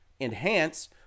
enhance